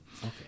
Okay